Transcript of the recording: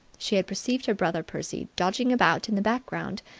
she had perceived her brother percy dodging about in the background,